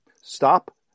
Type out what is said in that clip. stop